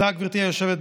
תודה, גברתי היושבת-ראש.